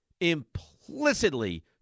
implicitly